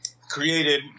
created